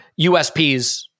USPs